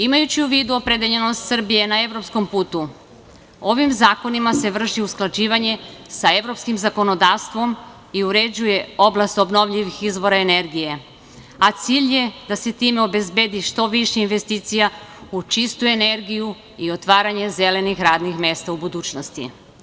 Imajući u vidu opredeljenost Srbije na evropskom putu, ovim zakonima se vrši usklađivanje sa evropskim zakonodavstvom i uređuje oblast obnovljivih izvora energije, a cilj je da se time obezbedi što više investicija u čistu energiju i otvaranje zelenih radnih mesta u budućnosti.